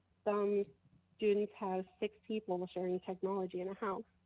some students have six people sharing technology in a house.